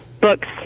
books